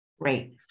Great